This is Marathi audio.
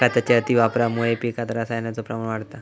खताच्या अतिवापरामुळा पिकात रसायनाचो प्रमाण वाढता